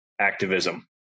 activism